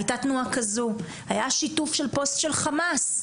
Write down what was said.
היתה תנועה, היה שיתוף של פוסט של חמאס.